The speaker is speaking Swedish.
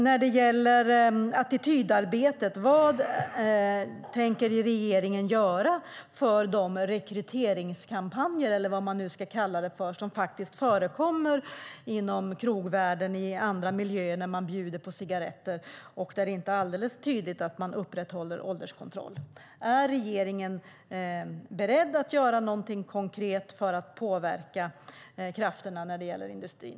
När det gäller attitydarbetet, vad tänker regeringen göra åt de rekryteringskampanjer eller vad man nu ska kalla dem som faktiskt förekommer i krogvärlden och andra miljöer? Där bjuder man på cigaretter, och det är inte alldeles tydligt att man upprätthåller ålderskontrollen. Är regeringen beredd att göra någonting konkret för att påverka krafterna när det gäller industrin?